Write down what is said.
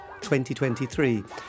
2023